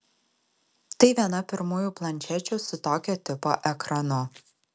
tai viena pirmųjų planšečių su tokio tipo ekranu